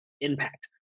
impact